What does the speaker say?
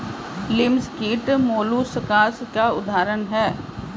लिमस कीट मौलुसकास का उदाहरण है